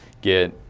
get